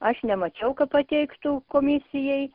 aš nemačiau kad pateiktų komisijai